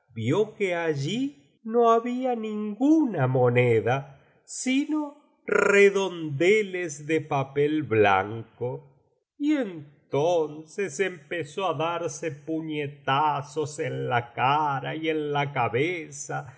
que allí no había ninguna moneda sino redondeles de papel blanco y entonces empezó á darse puñetazos en la cara y en la cabeza